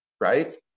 right